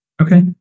Okay